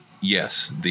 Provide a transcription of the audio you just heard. Yes